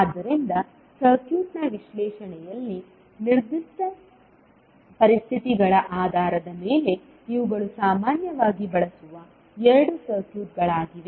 ಆದ್ದರಿಂದ ಸರ್ಕ್ಯೂಟ್ನ ವಿಶ್ಲೇಷಣೆಯಲ್ಲಿ ನಿರ್ದಿಷ್ಟ ಪರಿಸ್ಥಿತಿಗಳ ಆಧಾರದ ಮೇಲೆ ಇವುಗಳು ಸಾಮಾನ್ಯವಾಗಿ ಬಳಸುವ ಎರಡು ಸರ್ಕ್ಯೂಟ್ಗಳಾಗಿವೆ